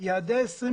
יעדי 2030